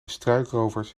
struikrovers